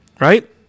right